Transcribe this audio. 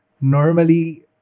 Normally